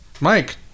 Mike